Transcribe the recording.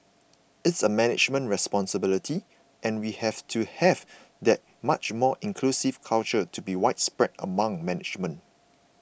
it's a management responsibility and we have to have that much more inclusive culture to be widespread amongst management